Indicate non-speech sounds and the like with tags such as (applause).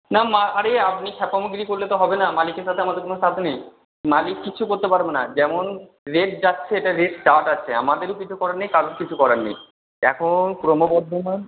না (unintelligible) আরে আপনি খ্যাপামোগিরি করলে তো হবে না মালিকের সাথে আমাদের কোনো (unintelligible) নেই মালিক কিচ্ছু করতে পারবে না যেমন রেট যাচ্ছে এটা রেট চার্ট আছে আমাদেরও কিছু করার নেই কারোর কিছু করার নেই এখন ক্রমবর্ধমান